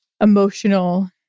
emotional